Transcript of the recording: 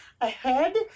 ahead